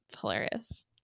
hilarious